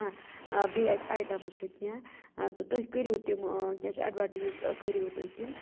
آ بیٚیہِ اَتہِ اَیٹَمٕز چھُو کِینٛہہ ٲں تہٕ تُہۍ کٔرِو تِم کِیٛاہ چھِ ایٚڈوَٹِیٖز کٔرِو تُہۍ تِم